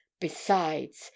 Besides